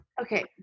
okay